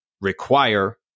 require